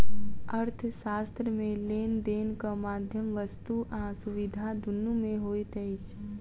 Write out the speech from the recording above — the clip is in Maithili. अर्थशास्त्र मे लेन देनक माध्यम वस्तु आ सुविधा दुनू मे होइत अछि